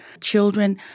children